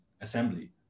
assembly